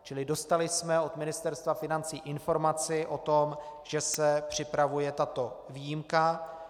Čili dostali jsme od Ministerstva financí informaci o tom, že se připravuje tato výjimka.